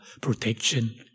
protection